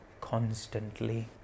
constantly